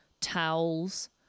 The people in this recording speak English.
towels